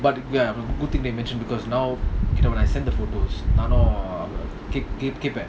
but ya good thing they mentioned because now when I send the photos கேட்டேன்:keten